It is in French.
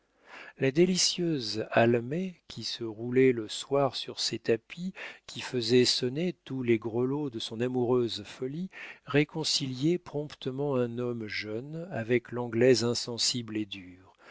la délicieuse almée qui se roulait le soir sur ses tapis qui faisait sonner tous les grelots de son amoureuse folie réconciliait promptement un homme jeune avec l'anglaise insensible et dure